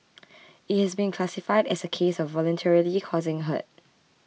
it has been classified as a case of voluntarily causing hurt